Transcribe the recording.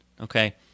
okay